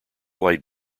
light